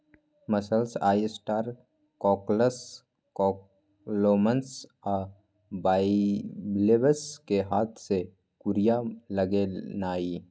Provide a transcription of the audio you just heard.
mussels, oyster, cockles, clams आ bivalves कें हाथ से कूरिया लगेनाइ